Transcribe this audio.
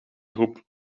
groep